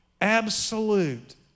absolute